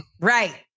right